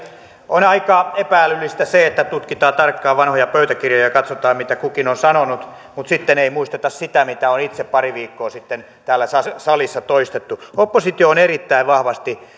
on aika epä älyllistä se että tutkitaan tarkkaan vanhoja pöytäkirjoja ja katsotaan mitä kukin on sanonut mutta sitten ei muisteta sitä mitä on itse pari viikkoa sitten täällä salissa toistettu oppositio on erittäin vahvasti